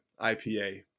ipa